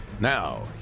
now